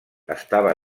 estava